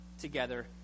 together